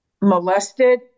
molested